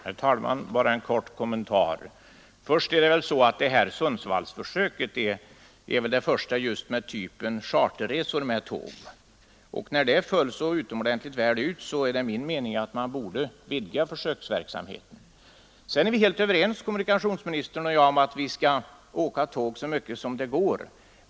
Herr talman! Bara en kort kommentar. Först och främst är väl Sundsvallsförsöket det första av typen charterresa med tåg. När det föll så utomordentligt väl ut är det min mening att man borde vidga försöksverksamheten. Kommunikationsministern och jag är helt överens om att vi bör åka tåg så mycket som möjligt.